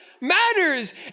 matters